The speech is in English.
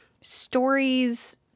stories